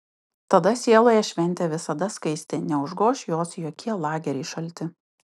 tada sieloje šventė visada skaisti neužgoš jos jokie lageriai šalti